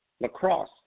lacrosse